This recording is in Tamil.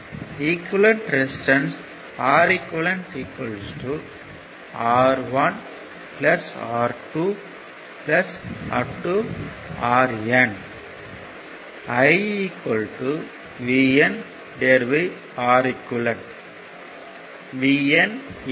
equivalent resistance Req R1 R2 RN I VNReq Vn RNR1 R2